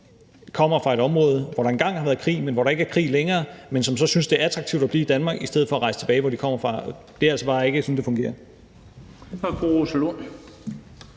kommer fra et område, hvor der engang har været krig, og hvor der ikke er krig længere, men som så synes, at det er attraktivt at blive i Danmark i stedet for at rejse tilbage, hvor de kommer fra. Det er altså bare ikke sådan, det fungerer.